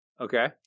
Okay